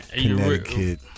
Connecticut